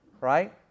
Right